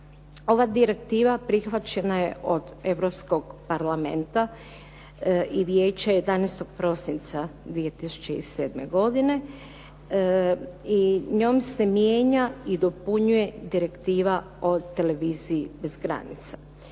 Ova direktiva prihvaćena je od Europskog parlamenta i Vijeća 11. prosinca 2007. godine i njome se mijenja i dopunjuje Direktiva o televiziji bez granica.